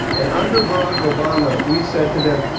and under barack obama, we said to them,